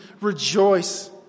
rejoice